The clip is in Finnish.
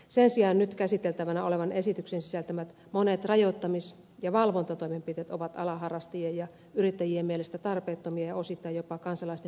sen sijaan nyt käsiteltävänä olevan esityksen sisältämät monet rajoittamis ja valvontatoimenpiteet ovat alan harrastajien ja yrittäjien mielestä tarpeettomia ja osittain jopa kansalaisten perusoikeuksia rikkovia